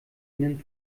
ihnen